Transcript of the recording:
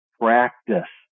practice